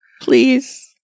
Please